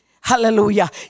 Hallelujah